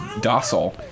docile